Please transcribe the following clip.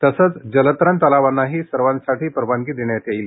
तसंच जलतरण तलावांनाही सर्वांसाठी परवानगी देण्यात येईल